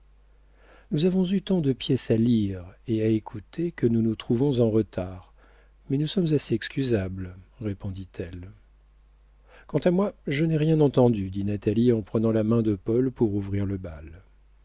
nous avons eu tant de pièces à lire et à écouter que nous nous trouvons en retard mais nous sommes assez excusables répondit-elle quant à moi je n'ai rien entendu dit natalie en prenant la main de paul pour ouvrir le bal